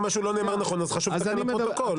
אם משהו לא נאמר נכון, חשוב לתקן לפרוטוקול.